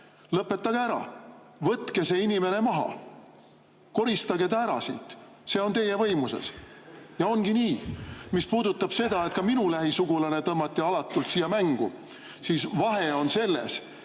Lõpetage ära! Võtke see inimene maha! Koristage ta ära siit! See on teie võimuses. Ja ongi nii. Mis puudutab seda, et ka minu lähisugulane tõmmati alatult siia mängu, siis vahe on selles,